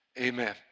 Amen